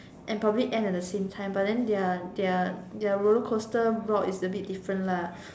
and probably end at the same time but then their their their roller coaster route is a bit different lah